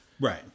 Right